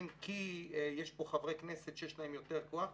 כי יש פה חברי כנסת שיש להם יותר כוח,